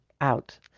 out